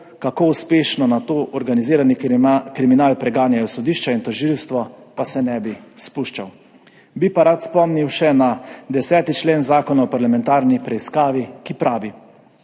kako uspešno nato organizirani kriminal preganjajo sodišča in tožilstvo, pa se ne bi spuščal. Rad bi pa spomnil še na 10. člen Zakona o parlamentarni preiskavi, ki pravi,